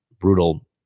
brutal